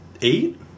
eight